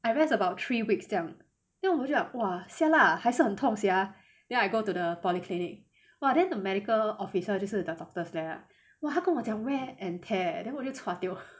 I realise about three weeks 将 then 我就想 !wah! [sial] 还是很痛 sia then I go to the polyclinic !wah! then the medical officer 就是 doctors there right !wah! 他跟我讲 wear and tear then 我就掉